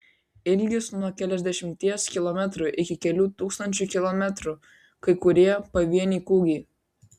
ilgis nuo keliasdešimties kilometrų iki kelių tūkstančių kilometrų kai kurie pavieniai kūgiai